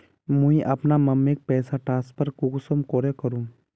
मुई अपना मम्मीक पैसा ट्रांसफर कुंसम करे करूम?